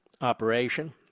operation